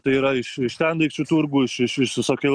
tai yra iš iš sendaikčių turgų iš iš iš visokių